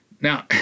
Now